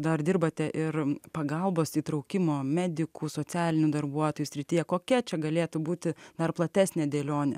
dar dirbate ir pagalbos įtraukimo medikų socialinių darbuotojų srityje kokia čia galėtų būti dar platesnė dėlionė